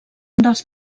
dels